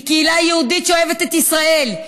היא קהילה יהודית שאוהבת את ישראל,